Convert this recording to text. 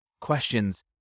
questions